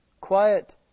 quiet